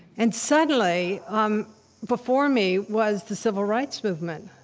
and suddenly, um before me, was the civil rights movement.